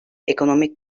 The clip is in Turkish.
ekonomik